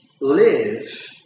live